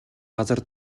газар